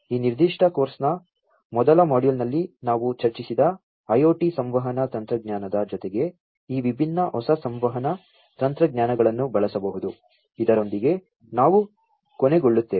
ಆದ್ದರಿಂದ ಈ ನಿರ್ದಿಷ್ಟ ಕೋರ್ಸ್ನ ಮೊದಲ ಮಾಡ್ಯೂಲ್ನಲ್ಲಿ ನಾವು ಚರ್ಚಿಸಿದ IoT ಸಂವಹನ ತಂತ್ರಜ್ಞಾನದ ಜೊತೆಗೆ ಈ ವಿಭಿನ್ನ ಹೊಸ ಸಂವಹನ ತಂತ್ರಜ್ಞಾನಗಳನ್ನು ಬಳಸಬಹುದು ಇದರೊಂದಿಗೆ ನಾವು ಕೊನೆಗೊಳ್ಳುತ್ತೇವೆ